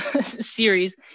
series